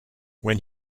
when